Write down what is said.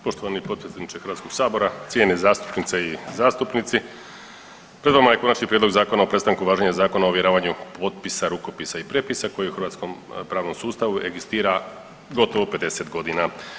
Poštovani potpredsjedniče Hrvatskog sabora, cijenjene zastupnice i zastupnici, pred vama je Konačni prijedlog Zakona o prestanku važenja Zakona o ovjeravanju potpisa, rukopisa i prijepisa koji u hrvatskom sustavu pravnom sustavu egzistira gotovo 50 godina.